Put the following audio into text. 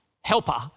helper